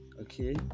okay